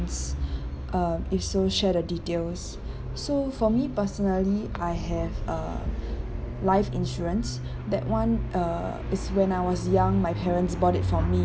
uh if so share the details so for me personally I have a life insurance that [one] uh is when I was young my parents bought it for me